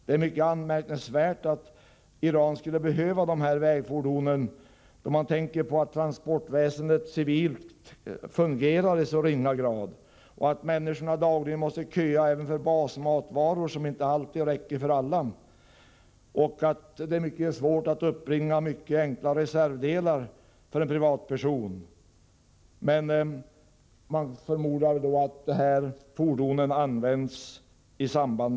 Det är mycket anmärkningsvärt att Iran skulle behöva dessa vägfordon, om man betänker att det civila transportväsendet fungerar i så ringa grad, att människorna dagligen måste köa även för basmatvaror — som inte alltid räcker till alla — och att det för en privatperson är mycket svårt att uppbringa även enkla reservdelar. Det förmodas att de svenska fordonen används i kriget.